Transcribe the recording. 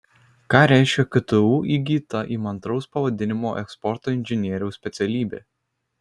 ką reiškia ktu įgyta įmantraus pavadinimo eksporto inžinieriaus specialybė